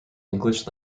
english